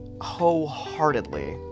wholeheartedly